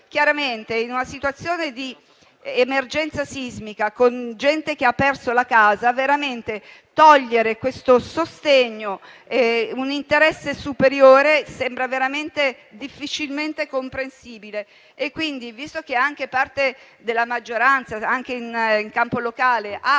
Chiaramente, in una situazione di emergenza sismica, con persone che hanno perso la casa, togliere questo sostegno per un interesse superiore sembra difficilmente comprensibile. Quindi, visto che parte della maggioranza, anche a livello locale, ha